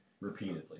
Repeatedly